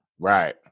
Right